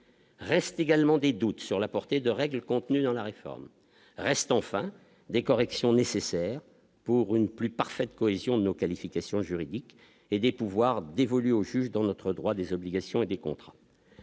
reste également des doutes sur la portée de règles contenues dans la réforme reste enfin des corrections nécessaires pour une plus parfaite cohésion nos qualifications juridiques et des pouvoirs dévolus aux juges dans notre droit des obligations et des contrats